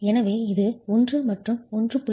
எனவே இது 1 மற்றும் 1